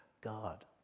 God